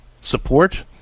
support